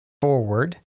forward